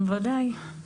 בוודאי.